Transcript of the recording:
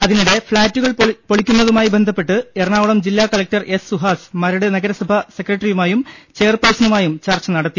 അതിനിടെ ഫ്ളാറ്റുകൾ പൊളിക്കുന്നതുമായി ബന്ധപ്പെട്ട് എറ ണാകുളം ജില്ലാ കലക്ടർ എസ് സുഹാസ് മരട് നഗരസഭാ സെക്ര ട്ടറിയുമായും ചെയർപേഴ്സണുമായും ചർച്ച നടത്തി